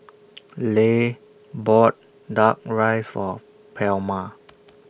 Leigh bought Duck Rice For Palma